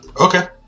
Okay